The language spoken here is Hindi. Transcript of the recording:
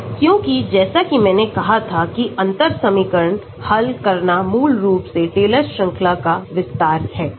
क्योंकि जैसा कि मैंने कहां था कि अंतर समीकरण हल करना मूल रूप से टेलर श्रृंखला का विस्तार है